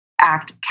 Act